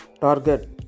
Target